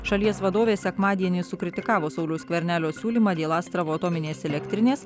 šalies vadovė sekmadienį sukritikavo sauliaus skvernelio siūlymą dėl astravo atominės elektrinės